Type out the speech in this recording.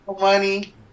Money